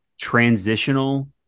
transitional